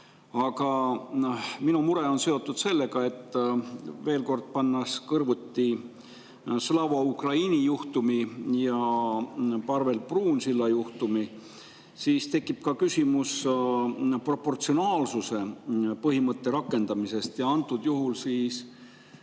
Aga minu mure on seotud sellega, et pannes kõrvuti Slava Ukraini juhtumi ja Parvel Pruunsilla juhtumi, tekib küsimus proportsionaalsuse põhimõtte rakendamisest. Parvel Pruunsilla